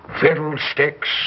Fiddlesticks